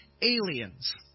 aliens